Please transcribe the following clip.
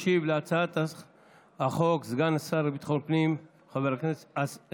ישיב על הצעת החוק סגן השר לביטחון פנים חבר הכנסת